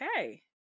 Okay